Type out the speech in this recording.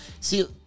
See